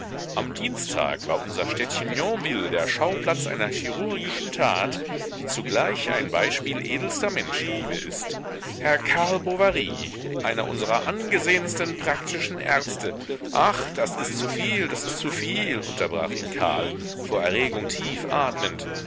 am dienstag war unser städtchen yonville der schauplatz einer chirurgischen tat die zugleich ein beispiel edelster menschenliebe ist herr karl bovary einer unserer angesehensten praktischen ärzte ach das ist zu viel das ist zu viel unterbrach ihn karl vor erregung tief atmend